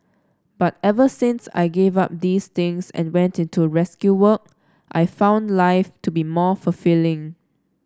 but ever since I gave up these things and went into rescue work I've found life to be more fulfilling